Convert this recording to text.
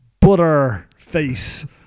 Butterface